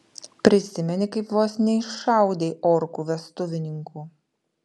prisimeni kaip vos neiššaudei orkų vestuvininkų